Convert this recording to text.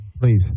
Please